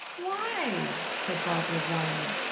why? said barbara, whining.